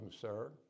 sir